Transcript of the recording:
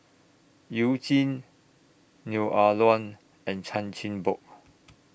YOU Jin Neo Ah Luan and Chan Chin Bock